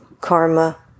Karma